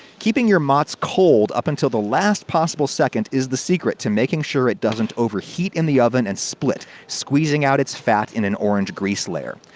keeping your mozz cold up until the last possible second is the secret to making sure it doesn't overheat in the oven and split, squeezing out its fat in an orange grease layer.